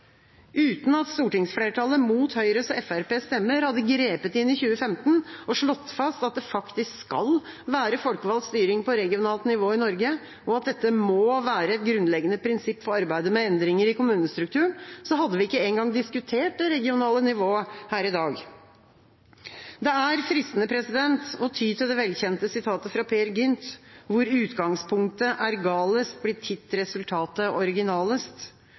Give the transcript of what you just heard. Uten at stortingsflertallet, mot Høyres og Fremskrittspartiets stemmer, hadde grepet inn i 2015 og slått fast at det faktisk skal være folkevalgt styring på regionalt nivå i Norge, og at dette må være et grunnleggende prinsipp for arbeidet med endringer i kommunestrukturen, hadde vi ikke engang diskutert det regionale nivået her i dag. Det er fristende å ty til det velkjente sitatet fra Peer Gynt: «Hvor utgangspunktet er galest, blir titt resultatet originalest.»